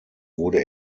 wurde